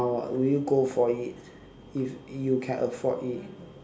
now would you go for it if you can afford it